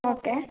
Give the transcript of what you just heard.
okay